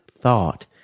thought